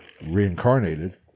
Reincarnated